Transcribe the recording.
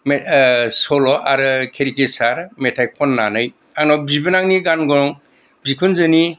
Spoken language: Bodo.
सल' आरो केरिकेचार मेथाइ खननानै आंनाव बिबोनांनि गान दं बिखुनजोनि